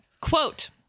Quote